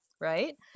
right